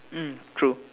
mm true